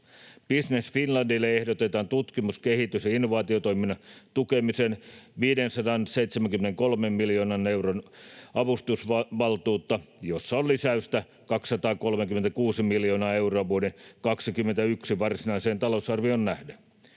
Business Finlandille ehdotetaan tutkimus-, kehitys- ja innovaatiotoiminnan tukemiseen 573 miljoonan euron avustusvaltuutta, jossa on lisäystä 236 miljoonaa euroa vuoden 21 varsinaiseen talousarvioon nähden.